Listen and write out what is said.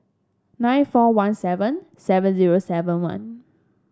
nine four one seven seven zero seven one